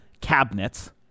cabinets